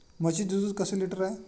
म्हशीचे दूध कसे लिटर आहे?